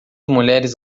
mulheres